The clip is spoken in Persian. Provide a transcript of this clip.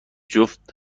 جفت